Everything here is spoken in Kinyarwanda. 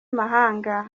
mahanga